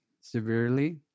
severely